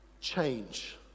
change